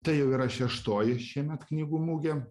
tai jau yra šeštoji šiemet knygų mugė